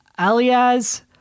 Alias